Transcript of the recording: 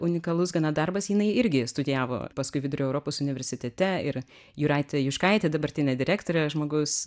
unikalus gana darbas jinai irgi studijavo paskui vidurio europos universitete ir jūratė juškaitė dabartinė direktorė žmogaus